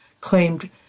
claimed